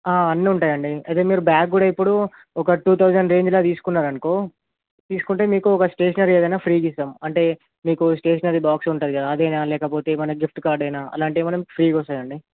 అన్నీ ఉంటాయండి అయితే మీరు బ్యాగ్ కూడా ఇప్పుడు ఒక టూ థౌసండ్ రేంజ్లో తీసుకున్నారు అనుకో తీసుకుంటే మీకు ఒక స్టేషనరీ ఏదైన ఫ్రీగా ఇస్తాం అంటే మీకు స్టేషనరీ బాక్సు ఉంటుంది కదా అది అయిన లేకపోతే ఏమైన గిఫ్ట్ కార్డ్ అయిన అలాంటివి ఏమన్న ఫ్రీగా వస్తాయండి